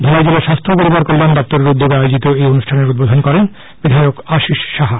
ধলাই জেলা স্বাস্থ্য ও পরিবার কল্যাণ দপ্তরের উদ্যোগে আয়োজিত এই অনুষ্ঠানের উদ্বোধন করেন বিধায়ক আশীষ সাহা